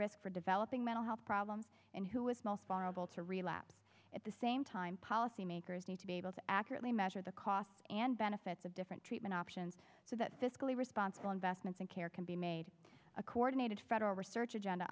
risk for developing mental health problems and who with small farm bill to relapse at the same time policymakers need to be able to accurately measure the cost and benefits of different treatment options so that fiscally responsible investments and care can be made a coordinated federal research agenda